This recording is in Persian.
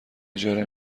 اجاره